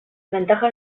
ventajas